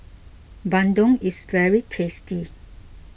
Bandung is very tasty